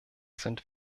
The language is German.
sind